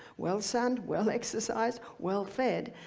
well-sunned, well-exercised, well-fed,